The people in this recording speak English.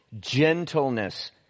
gentleness